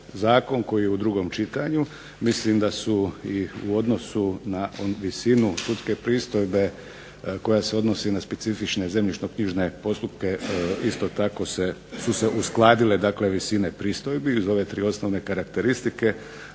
koji je u drugom čitanju, mislim da su i odnosu na visinu sudske pristojbe koja se odnosi na specifične zemljišno-knjižne postupke su se isto tako uskladile dakle visine pristojbi uz ove tri osnovne karakteristike.